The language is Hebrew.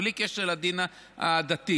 בלי קשר לדין הדתי.